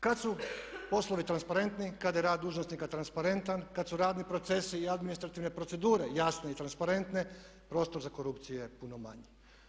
Kad su poslovi transparentni, kada je rad dužnosnika transparentan, kad su radni procesi i administrativne procedure jasne i transparentne prostor za korupcije je puno manji.